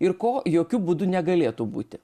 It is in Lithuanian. ir ko jokiu būdu negalėtų būti